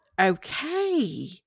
Okay